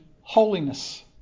holiness